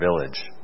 village